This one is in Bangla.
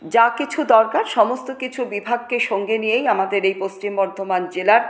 যা কিছু দরকার সমস্ত কিছু বিভাগকে সঙ্গে নিয়েই আমাদের এই পশ্চিম বর্ধমান জেলার